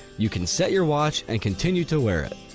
you can set your watch and continue to wear it.